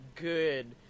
good